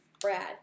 Brad